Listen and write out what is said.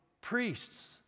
priests